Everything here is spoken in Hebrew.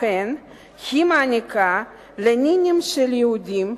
לכן היא מעניקה לנינים של יהודים,